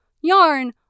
yarn